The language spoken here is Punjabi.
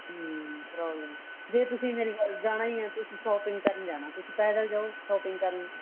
ਹੂੰ ਪ੍ਰੋਬਲਮ ਜੇ ਤੁਸੀਂ ਮੇਰੇ ਨਾਲ ਜਾਣਾ ਹੀ ਹੈ ਤੁਸੀਂ ਸ਼ੋਪਿੰਗ ਕਰਨ ਜਾਣਾ ਤੁਸੀਂ ਪੈਦਲ ਜਾਓ ਸ਼ੋਪਿੰਗ ਕਰਨ